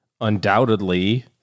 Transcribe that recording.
undoubtedly